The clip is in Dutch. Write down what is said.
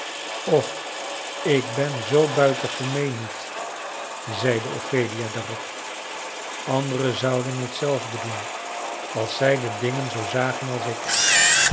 och ik ben zoo buitengemeen niet zeide ophelia daarop anderen zouden hetzelfde doen als zij de dingen zoo zagen als ik